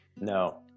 No